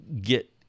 get